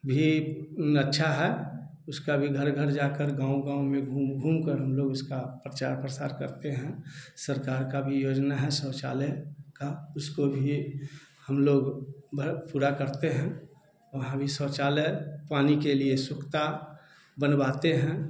भी अच्छा है उसका भी घर घर जाकर गाँव गाँव में घूम घूमकर हम लोग उसका प्रचार प्रसार करते हैं सरकार का भी योजना है शौचालय का उसको भी हम लोग भर पूरा करते हैं वहाँ भी शौचालय पानी के लिए सोकता बनवाते हैं